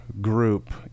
group